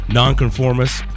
nonconformist